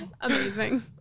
Amazing